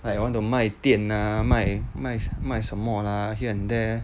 like want to 卖店 lah 卖卖卖什么 lah here and there